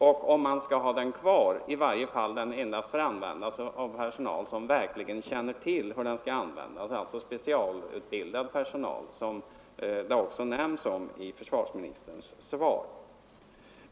Om man skall ha den kvar, bör den i varje fall endast få användas av personal som verkligen känner till hur den skall handhas — alltså specialutbildad personal, som försvarsministern också nämnde i sitt svar.